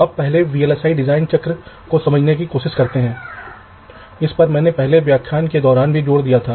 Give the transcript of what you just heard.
यदि वे असंबंधित हैं तो मुझे वास्तव में परवाह नहीं है